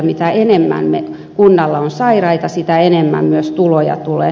mitä enemmän kunnalla on sairaita sitä enemmän myös tuloja tulee